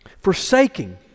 forsaking